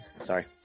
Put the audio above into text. Sorry